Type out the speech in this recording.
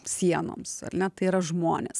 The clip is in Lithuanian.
sienoms ar ne tai yra žmonės